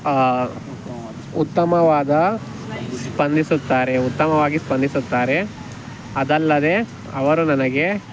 ಉತ್ತಮವಾದ ಸ್ಪಂದಿಸುತ್ತಾರೆ ಉತ್ತಮವಾಗಿ ಸ್ಪಂದಿಸುತ್ತಾರೆ ಅದಲ್ಲದೇ ಅವರು ನನಗೆ